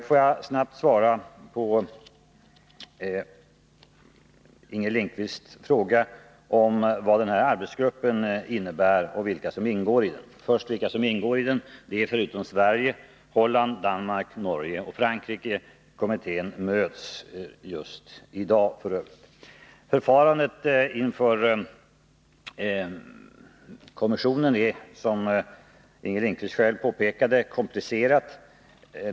Får jag snabbt svara på Inger Lindquists fråga om vad den här arbetsgruppen innebär och vilka som ingår i den. Förutom Sverige ingår Holland, Danmark, Norge och Frankrike i kommittén. Kommittén möts just i dag. Förfarandet inför kommissionen är, som Inger Lindquist själv påpekade, komplicerat.